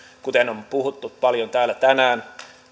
kuten on puhuttu paljon täällä tänään